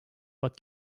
but